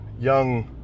young